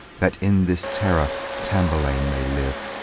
that in this terror tamburlaine may live,